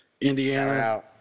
indiana